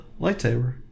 lightsaber